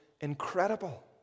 Incredible